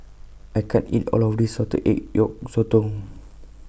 I can't eat All of This Salted Egg Yolk Sotong